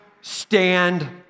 stand